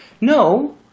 no